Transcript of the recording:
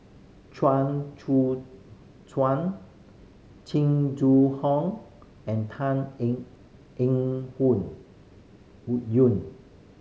Chuang Tsuan Jing Jun Hong and Tan Eng Eng Yoon